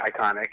iconic